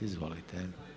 Izvolite.